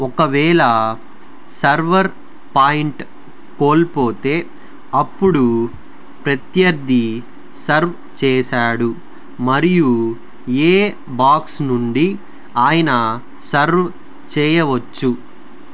ఒకవేళ server point కోల్పోతే అప్పుడు ప్రత్యర్థి సర్వ్ చేశాడు మరియు ఏ బాక్స్ నుండి ఆయన సర్వ్ చేయవచ్చు